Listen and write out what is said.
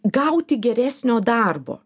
gauti geresnio darbo